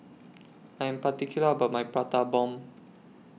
I Am particular about My Prata Bomb